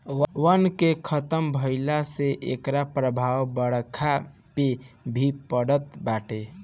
वन के खतम भइला से एकर प्रभाव बरखा पे भी पड़त बाटे